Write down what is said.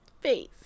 face